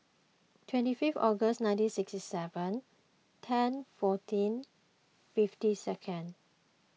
twenty fifth August nineteen sixty seven ten fourteen fifty second